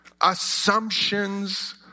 assumptions